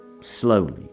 slowly